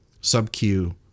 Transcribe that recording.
sub-Q